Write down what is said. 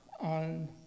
on